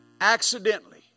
Accidentally